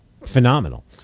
phenomenal